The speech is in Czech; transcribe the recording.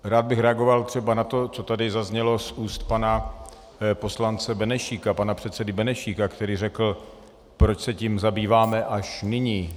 Rád bych reagoval třeba na to, co tady zaznělo z úst pana poslance Benešíka, pana předsedy Benešíka, který řekl: Proč se tím zabýváme až nyní?